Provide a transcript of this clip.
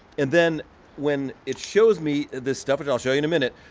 and then when it shows me this stuff, that i'll show you in a minute,